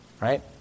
Right